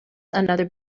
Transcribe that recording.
another